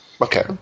Okay